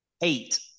eight